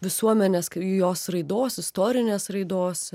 visuomenės jos raidos istorinės raidos